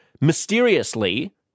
mysteriously